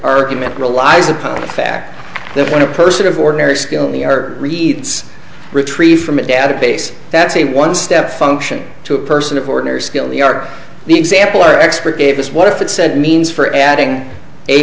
argument relies upon the fact that when a person of ordinary skill in the air reads retrieve from a database that's a one step function to a person of ordinary skill you are the example our expert gave us what it said means for adding a